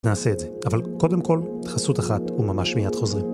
נעשה את זה. אבל קודם כל, חסות אחת וממש מייד חוזרים.